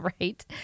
Right